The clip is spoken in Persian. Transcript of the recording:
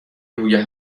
روی